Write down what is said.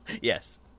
Yes